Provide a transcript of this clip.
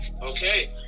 Okay